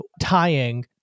tying